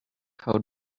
code